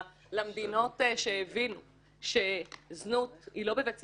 למדינות שהבינו שזנות היא לא בבית ספרנו.